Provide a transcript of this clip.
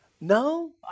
no